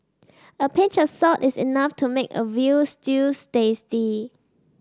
a pinch of salt is enough to make a veal stew tasty